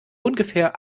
ungefähr